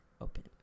open